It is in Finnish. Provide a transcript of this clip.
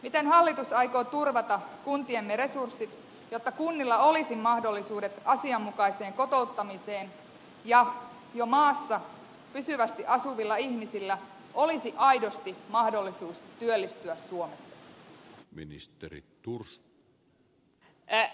miten hallitus aikoo turvata kuntiemme resurssit jotta kunnilla olisi mahdollisuudet asianmukaiseen kotouttamiseen ja jo maassa pysyvästi asuvilla ihmisillä olisi aidosti mahdollisuus työllistyä suomessa